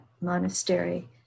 Monastery